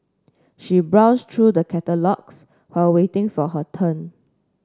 she browsed through the catalogues while waiting for her turn